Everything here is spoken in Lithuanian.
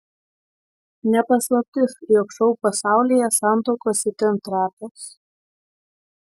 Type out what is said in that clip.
ne paslaptis jog šou pasaulyje santuokos itin trapios